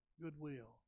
goodwill